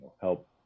help